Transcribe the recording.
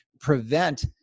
prevent